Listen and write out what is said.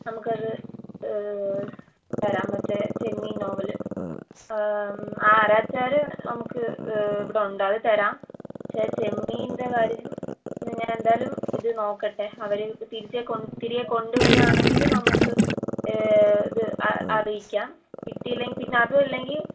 നമുക്കത് തരാം മറ്റേ ചെമ്മീൻ നോവല് ആരാച്ചാർ നമുക്ക് ഇവിടുണ്ട് അത് തരാം പക്ഷേ ചെമ്മീൻ്റെ കാര്യം ഞാൻ എന്തായാലും ഇത് നോക്കട്ടെ അവർ തിരിച്ച് കൊണ്ട് തിരികെ കൊണ്ടുവരുക ആണെങ്കിൽ നമുക്ക് ഇത് അ അറിയിക്കാം കിട്ടില്ലെൽ പിന്നെ അതും അല്ലെങ്കിൽ